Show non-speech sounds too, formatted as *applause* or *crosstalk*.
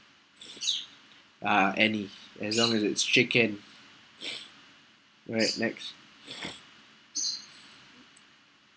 uh any as long as it's chicken alright next *noise*